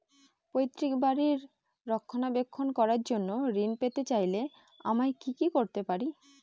পৈত্রিক বাড়ির রক্ষণাবেক্ষণ করার জন্য ঋণ পেতে চাইলে আমায় কি কী করতে পারি?